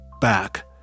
back